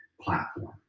platform